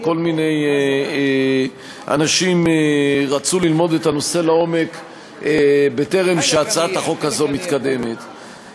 וכל מיני אנשים רצו ללמוד את הנושא לעומק בטרם הצעת החוק הזו מתקדמת,